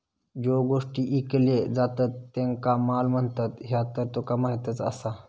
ज्यो गोष्टी ईकले जातत त्येंका माल म्हणतत, ह्या तर तुका माहीतच आसा